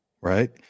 Right